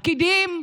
הפקידים,